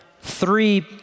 three